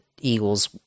eagles